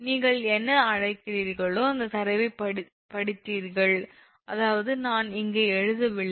நீங்கள் என்ன அழைக்கிறீர்களோ அந்தத் தரவைப் படித்தீர்கள் அதாவது நான் இங்கே எழுதவில்லை